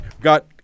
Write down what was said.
got